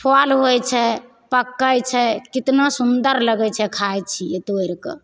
फल होइत छै पकै छै कितना सुन्दर लगैत छै खाइ छियै तोड़ि कऽ